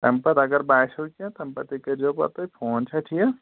تَمہِ پَتہٕ اَگر بَاسیو کیٚنہہ تَمہِ پَتَے کٔرۍزیو پَتہٕ تُہۍ فون چھا ٹھیٖک